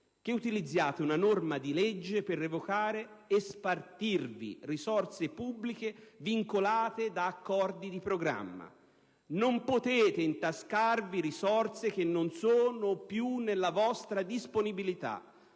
che utilizziate una norma di legge per revocare e spartirvi risorse pubbliche vincolate da accordi di programma. Non potete intascarvi risorse che non sono più nella vostra disponibilità.